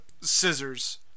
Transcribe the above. Scissors